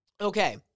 Okay